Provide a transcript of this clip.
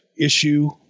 issue